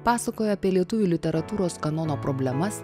pasakoja apie lietuvių literatūros kanono problemas